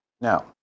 Now